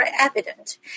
evident